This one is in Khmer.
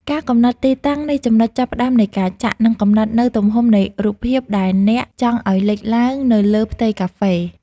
ការកំណត់ទីតាំងនៃចំណុចចាប់ផ្តើមនៃការចាក់ នឹងកំណត់នូវទំហំនៃរូបភាពដែលអ្នកចង់ឱ្យលេចឡើងនៅលើផ្ទៃកាហ្វេ។